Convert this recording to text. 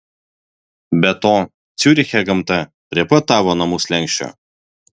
be to ciuriche gamta prie pat tavo namų slenksčio